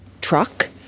truck